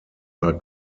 are